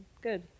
good